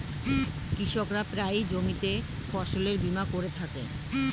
কৃষকরা প্রায়ই জমিতে ফসলের বীমা করে থাকে